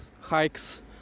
hikes